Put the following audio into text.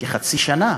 כחצי שנה,